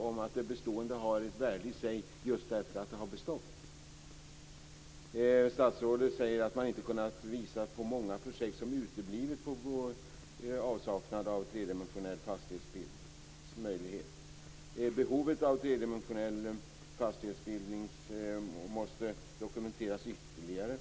om att det bestående har ett värde i sig just därför att det har bestått. Statsrådet säger att man inte har kunnat visa på många projekt som uteblivit beroende på avsaknad av tredimensionell fastighetsbildningsmöjlighet. Behovet av tredimensionell fastighetsbildning måste dokumenteras ytterligare.